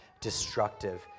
destructive